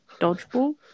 Dodgeball